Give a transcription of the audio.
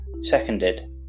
seconded